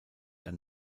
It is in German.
ein